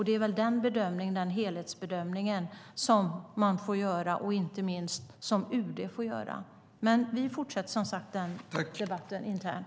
Det är väl den helhetsbedömningen som man får göra och som inte minst UD får göra. Vi fortsätter som sagt den debatten internt.